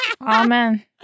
Amen